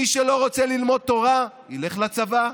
מי שלא רוצה ללמוד תורה ילך לצבא,